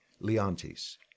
Leontes